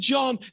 John